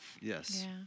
Yes